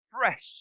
fresh